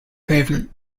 pavement